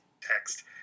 text